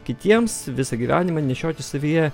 kitiems visą gyvenimą nešioti savyje